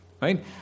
Right